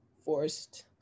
forced